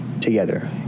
together